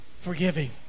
forgiving